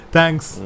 Thanks